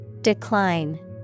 Decline